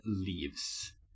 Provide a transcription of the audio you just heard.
leaves